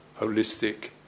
holistic